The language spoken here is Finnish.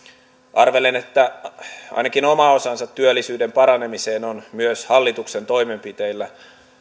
arvelen että ainakin oma osansa työllisyyden paranemisessa on myös hallituksen toimenpiteillä